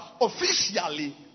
officially